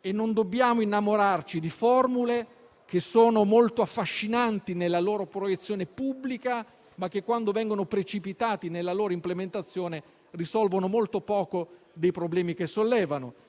e non dobbiamo innamorarci di formule che sono molto affascinanti nella loro proiezione pubblica, ma che, quando vengono precipitati nella loro implementazione, risolvono molto poco dei problemi che sollevano.